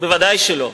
ודאי שלא.